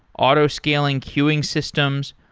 auto-scaling queuing systems,